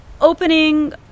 opening